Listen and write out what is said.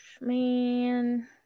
Man